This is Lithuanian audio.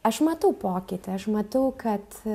aš matau pokytį aš matau kad